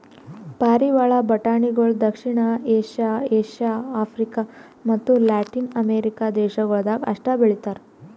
ಪಾರಿವಾಳ ಬಟಾಣಿಗೊಳ್ ದಕ್ಷಿಣ ಏಷ್ಯಾ, ಏಷ್ಯಾ, ಆಫ್ರಿಕ ಮತ್ತ ಲ್ಯಾಟಿನ್ ಅಮೆರಿಕ ದೇಶಗೊಳ್ದಾಗ್ ಅಷ್ಟೆ ಬೆಳಿತಾರ್